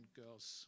girls